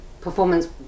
performance